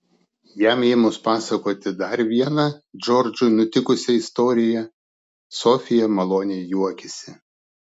jam ėmus pasakoti dar vieną džordžui nutikusią istoriją sofija maloniai juokėsi